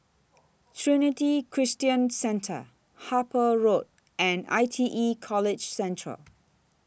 Trinity Christian Centre Harper Road and I T E College Central